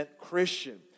Christian